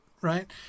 right